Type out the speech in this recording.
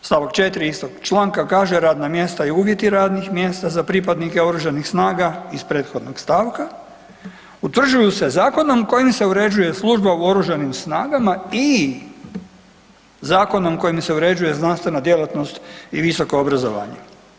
Stavak 4. istog članka kaže radna mjesta i uvjeti radnih mjesta za pripadnike oružanih snaga iz prethodnog stavka utvrđuju se zakonom kojim se uređuje služba u oružanim snagama i zakonom kojim se uređuje znanstvena djelatnost i visoko obrazovanje.